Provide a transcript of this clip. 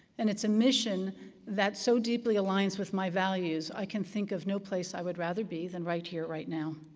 and it's a mission that so deeply aligns with my values, i can think of no place i would rather be than right here, right now.